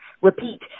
Repeat